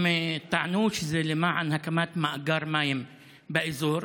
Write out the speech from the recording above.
הם טענו שזה למען הקמת מאגר מים באזור,